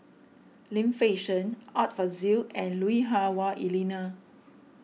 Lim Fei Shen Art Fazil and Lui Hah Wah Elena